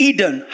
Eden